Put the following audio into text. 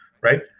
Right